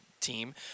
team